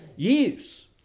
use